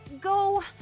go